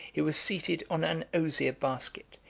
he was seated on an osier basket,